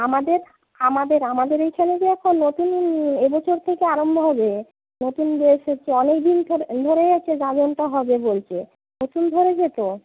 আমাদের আমাদের আমাদের এইখানে যে এখন নতুন এবছর থেকে আরম্ভ হবে নতুন অনেক দিন ধরে ধরেই গাজনটা হবে বলছে